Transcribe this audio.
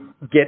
get